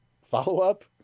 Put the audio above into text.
follow-up